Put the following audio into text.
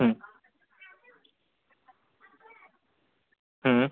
हं हं